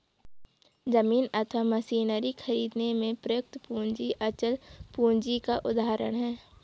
जमीन अथवा मशीनरी खरीदने में प्रयुक्त पूंजी अचल पूंजी का उदाहरण है